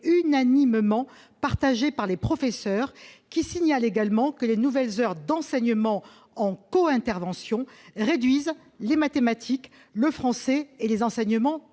unanimement partagé par les professeurs, qui signalent également que les nouvelles heures d'enseignement en co-intervention réduisent les mathématiques, le français et les enseignements